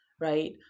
right